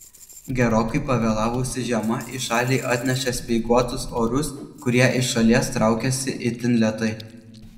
gerokai pavėlavusi žiema į šalį atnešė speiguotus orus kurie iš šalies traukiasi itin lėtai